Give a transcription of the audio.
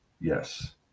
yes